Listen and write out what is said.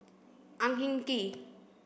Ang Hin Kee